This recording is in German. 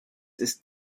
ist